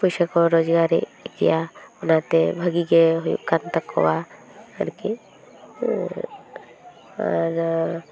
ᱯᱚᱭᱥᱟᱽ ᱠᱚ ᱨᱚᱡᱜᱟᱨᱮᱫ ᱜᱮᱭᱟ ᱚᱱᱟᱛᱮ ᱵᱷᱟᱹᱜᱤᱜᱮ ᱦᱩᱭᱩᱜ ᱠᱟᱱ ᱛᱟᱠᱚᱣᱟ ᱟᱨᱠᱤ ᱟᱨ